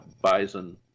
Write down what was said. bison